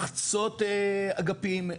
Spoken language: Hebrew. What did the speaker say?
לחצות אגפים,